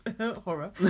horror